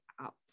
out